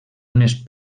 unes